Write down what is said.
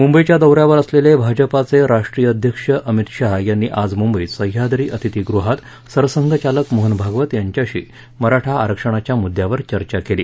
मुंबईच्या दौ यावर असलेले भाजपा राष्ट्रीय अध्यक्ष अमित शहा यांनी आज मुंबईत सह्याद्री अतिथीगृहात सरसंघचालक मोहन भागवत यांच्याशी मराठा आरक्षणाच्या मुद्द्यावर चर्चा केली